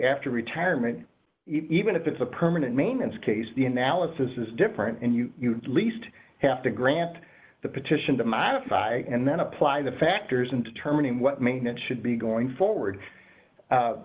after retirement even if it's a permanent maintenance case the analysis is different and you least have to grant the petition to modify and then apply the factors in determining what maintenance should be going forward